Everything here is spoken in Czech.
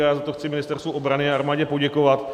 A já za to chci Ministerstvu obrany a armádě poděkovat.